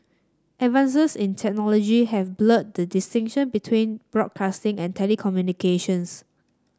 advances in technology have blurred the distinction between broadcasting and telecommunications